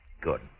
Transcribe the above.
Good